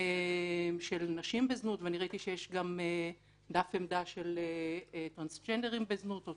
של נשים בזנות וראיתי גם שיש דף עמדה של טרנסג'נדרים בזנות או